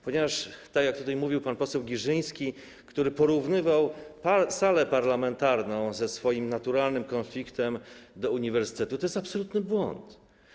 Ponieważ tak jak tutaj mówił pan poseł Girzyński, który porównywał salę parlamentarną ze swoim naturalnym konfliktem do uniwersytetu, to jest absolutny błąd.